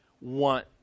want